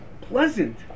pleasant